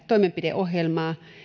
toimenpideohjelmaa